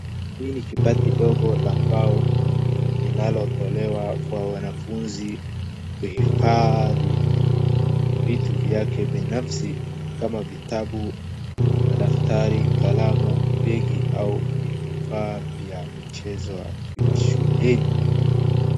Hii ni kabati ndogo la mbao linalotolewa kwa wanafunzi kuhifadhi vitu vyake binafsi, kama vitabu, madaftari, kalamu, begi au vifaa vya michezo akiwa shuleni.